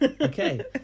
Okay